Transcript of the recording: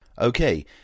Okay